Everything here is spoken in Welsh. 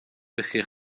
felly